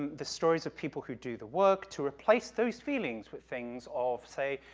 the stories of people who do the work to replace those feelings with things of, say,